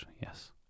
yes